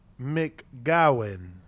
McGowan